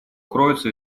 кроются